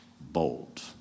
bold